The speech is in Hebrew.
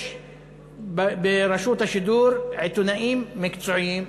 יש ברשות השידור עיתונאים מקצועיים,